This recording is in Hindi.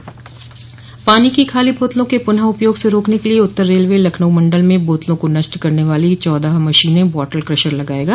पानी की खाली बोतलों के पुनः उपयोग से रोकने के लिए उत्तर रेलवे लखनऊ मंडल में बोतलों को नष्ट करने वाली चौदह मशीनें बॉटल क्रशर लगायेगा